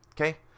okay